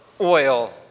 oil